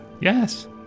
yes